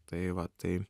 tai va tai